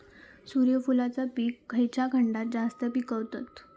सूर्यफूलाचा पीक खयच्या खंडात जास्त पिकवतत?